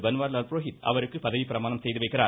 பன்வாரிலால் புரோஹித் அவருக்கு பதவி பிரமானம் செய்து வைக்கிறார்